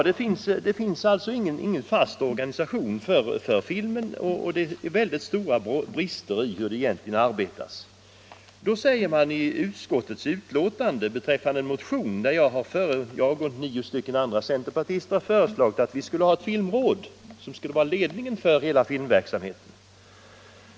Det finns således ingen fast organisation för filmen, och det sätt på vilket man arbetar är behäftat med mycket stora brister. Tillsammans med nio andra centerpartister har jag föreslagit i en motion att det skulle inrättas ett filmråd med uppgift att leda hela filmverksamheten.